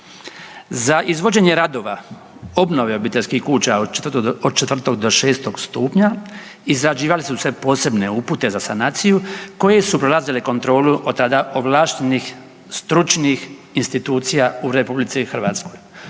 Za izvođenje radova obnove obiteljskih kuća od 4. do 6. stupnja izrađivale su se posebne upute za sanaciju koje su prelazile kontrolu od tada ovlaštenih stručnih institucija u Republici Hrvatskoj.